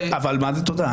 אבל מה זה "תודה"?